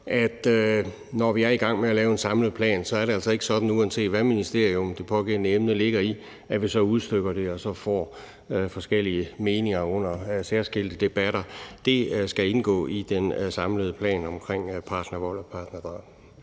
når vi er i gang med at lave en samlet plan, er det altså ikke sådan, uanset hvilket ministerium det pågældende emne ligger i, at vi så udstykker det og får forskellige meninger under særskilte debatter. Det skal indgå i den samlede plan om partnervold og partnerdrab.